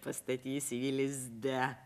pastatysiu jį lizde